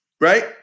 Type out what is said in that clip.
Right